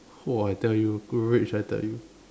!wah! I tell you rage I tell you